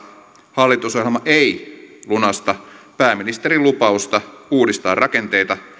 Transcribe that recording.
hallitusohjelma ei lunasta pääministerin lupausta uudistaa rakenteita